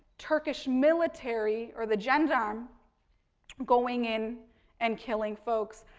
turkish military or the gendrum going in and killing folks.